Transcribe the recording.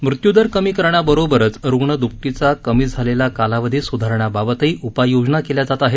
मृत्यूदर कमी करण्याबरोबरच रुग्ण दुप्पटीचा कमी झालेला कालावधी सुधारण्याबाबतही उपाययोजना केल्या जात आहेत